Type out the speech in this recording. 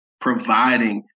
providing